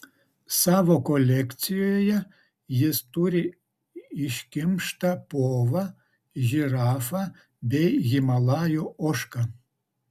savo kolekcijoje jis turi iškimštą povą žirafą bei himalajų ožką